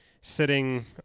sitting